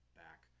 back